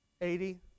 Eighty